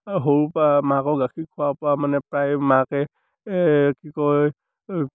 সৰুৰপৰা মাকৰ গাখীৰ খোৱাৰপৰা মানে প্ৰায় মাকে কি কয়